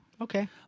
Okay